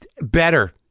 Better